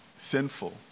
sinful